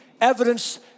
evidence